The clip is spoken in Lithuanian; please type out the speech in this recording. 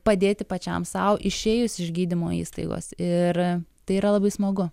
padėti pačiam sau išėjus iš gydymo įstaigos ir tai yra labai smagu